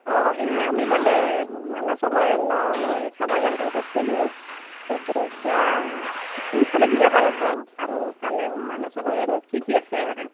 অঁ এই আমি মানে মানাহ অভয়াৰণ্য মানে চাব যাম বুলি ভাবিছিলোঁ কিন্তু এতিয়া কোনফালেদি যাব লাগিব আৰু তালৈ মানাহ অভয়াৰণ্যত কি কি আছে মানে